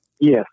Yes